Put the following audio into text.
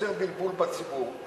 יוצר בלבול בציבור,